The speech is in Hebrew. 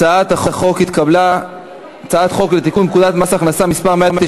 הצעת חוק לתיקון פקודת מס הכנסה (מס' 199),